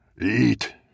Eat